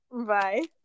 Bye